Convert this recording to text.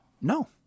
No